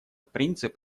принцип